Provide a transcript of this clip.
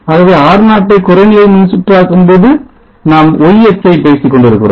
ஆகவே R0 ஐ குறை நிலை மின்சுற்றாக்கும்போது நாம் y அச்சை பேசிக் கொண்டிருக்கிறோம்